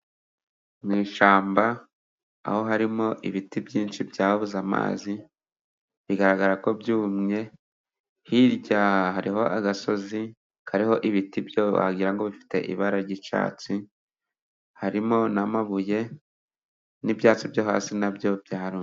Mu ishyamba, aho harimo ibiti byinshi byabuze amazi, bigaragara ko byumye, hirya hariho agasozi kariho ibiti wagira ngo bifite ibara ry'icyatsi, harimo n'amabuye n'ibyatsi byo hasi na byo byarumye.